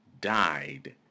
died